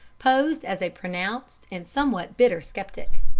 posed as a pronounced and somewhat bitter sceptic.